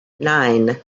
nine